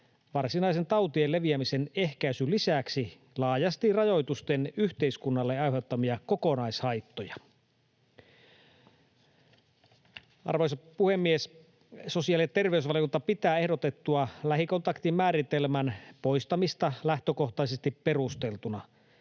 varsinaisen tautien leviämisen ehkäisyn lisäksi laajasti rajoitusten yhteiskunnalle aiheuttamia kokonaishaittoja. Arvoisa puhemies! Sosiaali- ja terveysvaliokunta pitää ehdotettua lähikontaktin määritelmän poistamista lähtökohtaisesti perusteltuna.